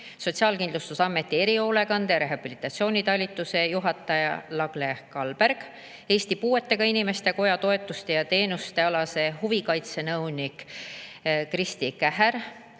Sotsiaalkindlustusameti erihoolekande ja rehabilitatsiooni talituse juhataja Lagle Kalberg, Eesti Puuetega Inimeste Koja toetuste- ja teenustealase huvikaitse nõunik Kristi Kähär,